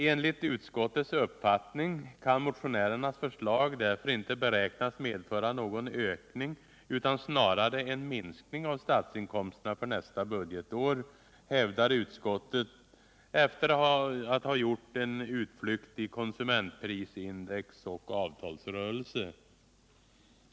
”Enligt utskottets uppfattning kan motionärernas förslag därför inte beräknas medföra någon ökning utan snarare en minskning av statsinkomsterna för nästa budgetår”, hävdar utskottet i betänkandet efter att ha gjort en utflykt i konsumentprisindex och avtalsrörelse.